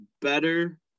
better